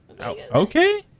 okay